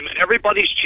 everybody's